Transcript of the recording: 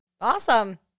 Awesome